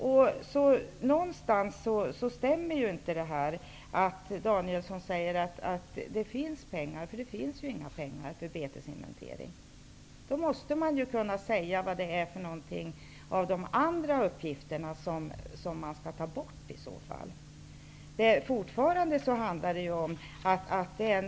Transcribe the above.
Bertil Danielsson säger att det finns pengar. Det stämmer inte. Det finns inga pengar. Man måste då svara på vilka av de andra uppgifterna som skall tas bort.